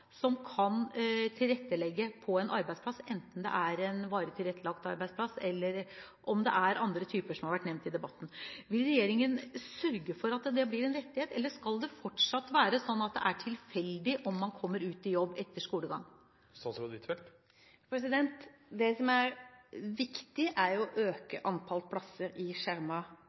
som kan tilrettelegge for en arbeidsplass, enten det er en varig tilrettelagt arbeidsplass eller om det er andre typer som har vært nevnt i debatten. Vil regjeringen sørge for at dette blir en rettighet, eller skal det fortsatt være tilfeldig om utviklingshemmede kommer seg ut i jobb etter endt skolegang? Det som er viktig, er jo å øke antall plasser i